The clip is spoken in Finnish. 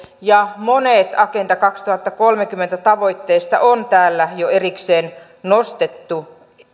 ja monet agenda kaksituhattakolmekymmentä tavoitteista on täällä jo erikseen nostettu